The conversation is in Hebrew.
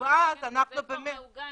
ואז אנחנו באמת --- זה כבר מעוגן,